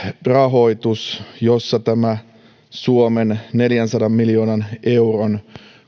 rahoitus jossa tämä suomen neljänsadan miljoonan euron kokonaisuuskin joka on